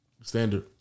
standard